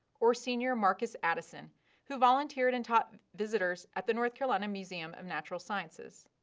or senior marcus addison who volunteered and taught visitors at the north carolina museum of natural sciences.